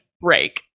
break